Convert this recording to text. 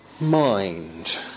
mind